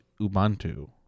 Ubuntu